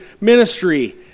ministry